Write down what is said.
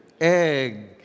egg